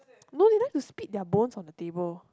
no they like to spit their bones on the table